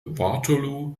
waterloo